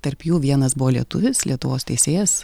tarp jų vienas buvo lietuvis lietuvos teisėjas